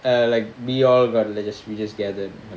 I like we all got jealous we just gathered